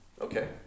Okay